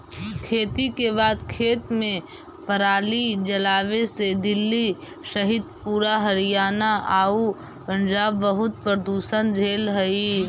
खेती के बाद खेत में पराली जलावे से दिल्ली सहित पूरा हरियाणा आउ पंजाब बहुत प्रदूषण झेलऽ हइ